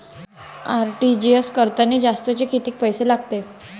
RTGS करतांनी जास्तचे कितीक पैसे लागते?